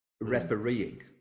Refereeing